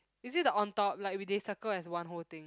is it the on top like we they circle as one whole thing